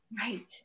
Right